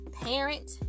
parent